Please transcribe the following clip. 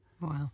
Wow